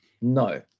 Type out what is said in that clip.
no